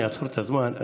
אני אעצור את הזמן.